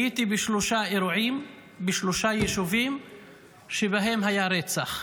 הייתי בשלושה אירועים בשלושה יישובים שבהם היה רצח,